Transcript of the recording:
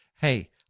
hey